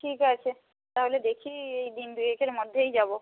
ঠিক আছে তাহলে দেখি এই দিন দুয়েকের মধ্যেই যাব